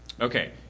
Okay